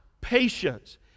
patience